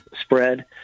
spread